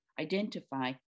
identify